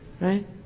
Right